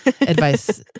advice